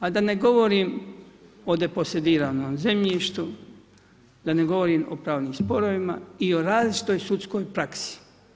A da ne govorimo o deposediranom zemljištu, da ne govorim o pravnim sporovima i različitoj sudskoj praksi.